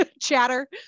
chatter